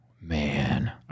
Man